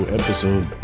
episode